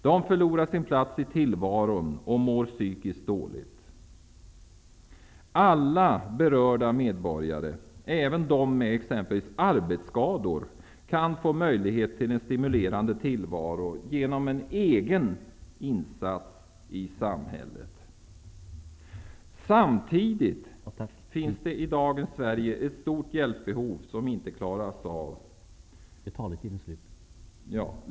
De förlorar sin plats i tillvaron och mår psykiskt dåligt. Alla berörda medborgare, även de med t.ex. arbetsskador, kan få möjlighet till en stimulerande tillvaro genom en egen insats i samhället. Samtidigt finns det i dagens samhälle ett stort hjälpbehov som inte klaras av.